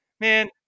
man